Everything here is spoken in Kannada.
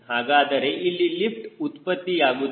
ಹಾಗಾದರೆ ಇಲ್ಲಿ ಲಿಫ್ಟ್ ಉತ್ಪತ್ತಿಯಾಗುತ್ತದೆ